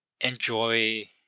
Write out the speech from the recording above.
enjoy